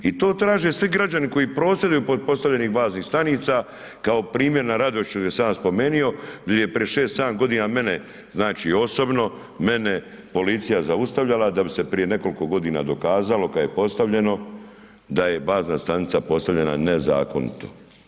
I to traže svi građani koji prosvjeduju pod postavljenih baznih stanica kao primjer na Radošiću gdje sam ja spomenio, gdje je prije 6.-7.g. mene, znači, osobno, mene policija zaustavljala da bi se prije nekoliko godina dokazalo kad je postavljeno da je bazna stanica postavljena nezakonito.